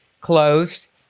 closed